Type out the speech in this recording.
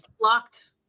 Locked